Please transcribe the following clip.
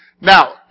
Now